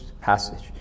passage